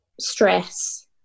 stress